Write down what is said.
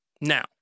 Now